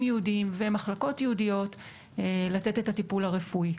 ייעודיים ומחלקות ייעודיות לתת את הטיפול הרפואי.